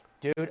Dude